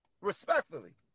Respectfully